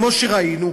כמו שראינו,